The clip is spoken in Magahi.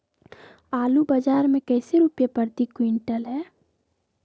आलू बाजार मे कैसे रुपए प्रति क्विंटल है?